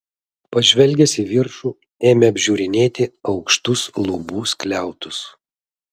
pažvelgęs į viršų ėmė apžiūrinėti aukštus lubų skliautus